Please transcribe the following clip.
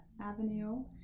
avenue